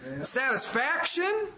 Satisfaction